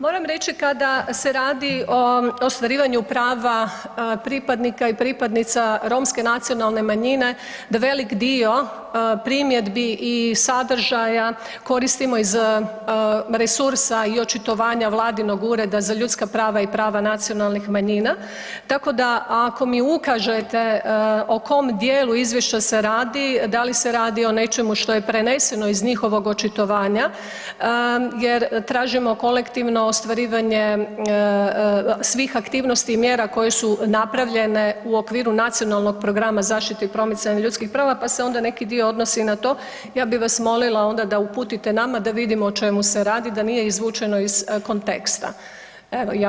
Moram reći kada se radi o ostvarivanju prava pripadnika i pripadnica romske nacionalne manjine da velik dio primjedbi i sadržaja koristimo iz resursa i očitovanja vladinog Ureda za ljudska prava i prava nacionalnih manjina, tako da ako mi ukažete o kom dijelu izvješća se radi, da li se radi o nečemu što je preneseno iz njihovog očitovanja jer tražimo kolektivno ostvarivanje svih aktivnosti i mjera koje su napravljene u okviru Nacionalnog programa zaštite i promicanje ljudskih prava, pa se onda neki dio odnosi na to ja bi vas molila onda da uputite nama da vidimo o čemu se radi, da nije izvučeno iz konteksta.